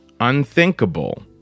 Unthinkable